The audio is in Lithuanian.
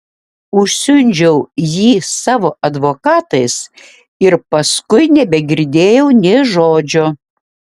užsiundžiau jį savo advokatais ir paskui nebegirdėjau nė žodžio